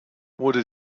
wurde